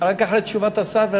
רק אחרי תשובת השר.